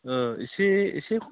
एसे एसे खम